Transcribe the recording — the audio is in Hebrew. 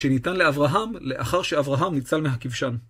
שניתן לאברהם לאחר שאברהם ניצל מהכבשן.